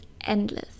endless